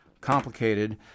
Complicated